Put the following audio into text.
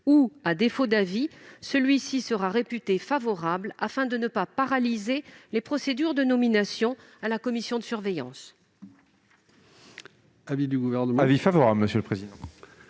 À défaut, celui-ci sera réputé favorable, afin de ne pas paralyser les procédures de nomination à la commission de surveillance.